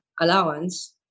allowance